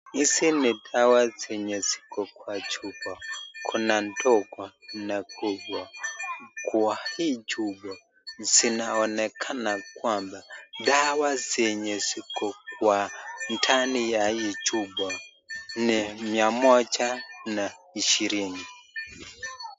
Hizi ni dawa zenye ziko kwa chupa kuna ndogo na kubwa kwa hii chupa zinaonekana kwamba dawa zenye ziko kwa hii chupa ni mia moja ishirini.